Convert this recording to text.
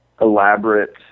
elaborate